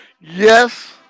Yes